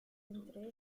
entre